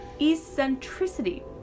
eccentricity